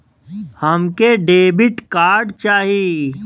हमके debit card चाही?